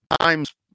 times